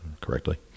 correctly